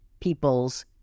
peoples